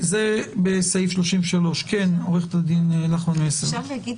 זה בסעיף 33. בבקשה.